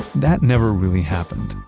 that never really happened,